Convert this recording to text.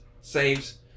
saves